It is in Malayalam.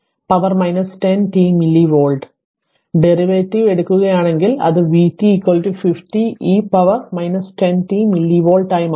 അതിനാൽ ഡെറിവേറ്റീവ് എടുക്കുകയാണെങ്കിൽ അത് vt 50 e പവറിലേക്ക് 10 t മില്ലി വോൾട്ട്ആയി മാറും